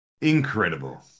Incredible